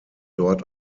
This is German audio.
dort